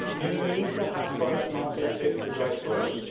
you need to have product market fit to drive growth.